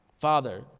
Father